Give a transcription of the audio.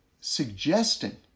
suggesting